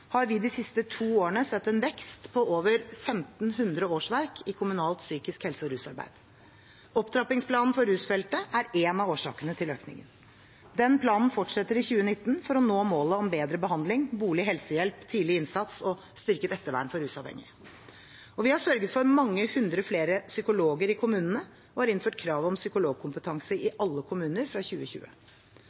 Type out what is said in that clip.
har vi de siste to årene sett en vekst på over 1 500 årsverk i kommunalt psykisk helse- og rusarbeid. Opptrappingsplanen for rusfeltet er én av årsakene til økningen. Den planen fortsetter i 2019 for å nå målet om bedre behandling, bolig, helsehjelp, tidlig innsats og styrket ettervern for rusavhengige. Vi har sørget for mange hundre flere psykologer i kommunene og har innført krav om psykologkompetanse i alle kommuner fra 2020.